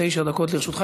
תשע דקות לרשותך.